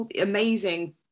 amazing